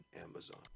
Amazon